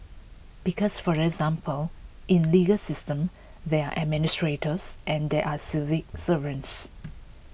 because for example in legal systems there are administrators and there are civil servants